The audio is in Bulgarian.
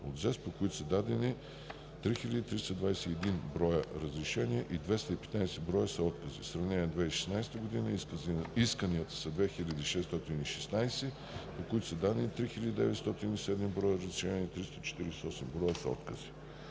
от ЗЕС, по които са дадени 3321 броя разрешения и 215 броя са откази. За сравнение, през 2016 г. исканията са 2616, по които са дадени 3907 броя разрешения и 348 броя са откази.